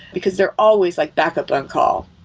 because they're always like backed up on call.